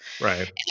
right